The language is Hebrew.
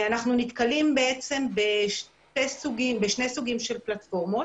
אנחנו נתקלים בשני סוגים של פלטפורמות.